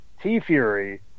T-Fury